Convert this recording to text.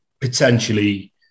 potentially